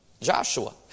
Joshua